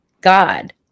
God